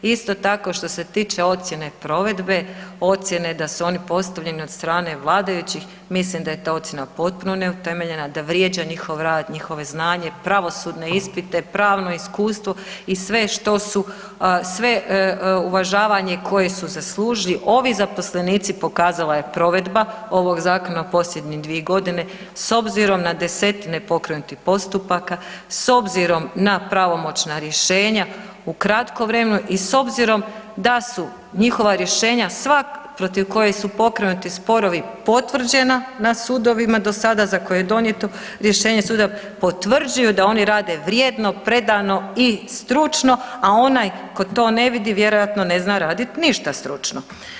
Isto tako što se tiče ocjene provedbe, ocjene da su oni postavljeni od strane vladajućih, mislim da je ta ocjena potpuno neutemeljena, da vrijeđa njihov rad, njihovo znanje, pravosudne ispite, pravno iskustvo i sve što su, sve uvažavanje koje su zaslužili ovi zaposlenici pokazala je provedba ovog zakona posljednje 2 godine s obzirom na desetine pokrenutih postupaka, s obzirom na pravomoćna rješenja u kratkom vremenu i s obzirom da su njihova rješenja sva protiv kojih su pokrenuti sporovi potvrđena na sudovima do sada za koje je donijeto rješenje suda, potvrđuju da oni rade vrijedno, predano i stručno, a onaj tko to ne vidi vjerojatno ne zna raditi ništa stručno.